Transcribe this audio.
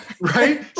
right